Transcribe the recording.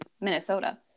Minnesota